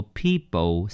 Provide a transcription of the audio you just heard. people